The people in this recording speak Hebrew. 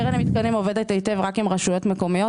קרן המתקנים עובדת היטב רק עם רשויות מקומיות.